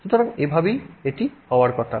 সুতরাং এইভাবেই এটি হওয়ার কথা